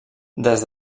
des